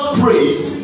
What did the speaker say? praised